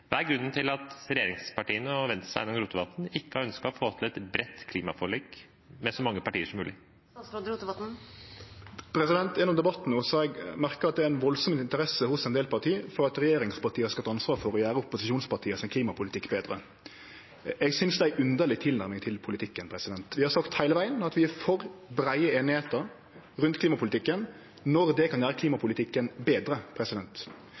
Hva er grunnen til at regjeringspartiene og Sveinung Rotevatn ikke har ønsket å få til et bredt klimaforlik med så mange partier som mulig? Gjennom debatten har eg merka at det er ei veldig interesse hos ein del parti for at regjeringspartia skal ta ansvar for å gjere klimapolitikken til opposisjonspartia betre. Eg synest det er ei underleg tilnærming til politikken. Vi har heile vegen sagt at vi er for breie einigheiter rundt klimapolitikken når det kan